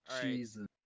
Jesus